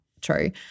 true